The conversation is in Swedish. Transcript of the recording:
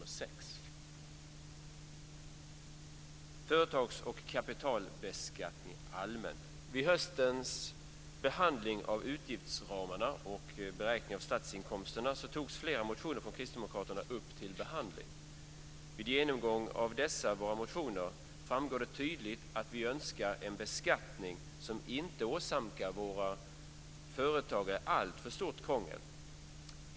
När det gäller företags och kapitalbeskattningen allmänt togs flera motioner från Kristdemokraterna upp vid höstens behandling av utgiftsramarna och beräkning av statsinkomsterna. Vid genomgång av dessa våra motioner framgår det tydligt att vi önskar en beskattning som inte åsamkar våra företagare alltför stort krångel.